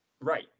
Right